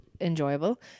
enjoyable